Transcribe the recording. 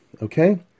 Okay